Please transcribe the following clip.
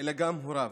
אלא גם ההורה.